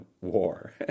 war